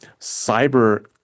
cyber